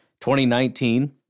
2019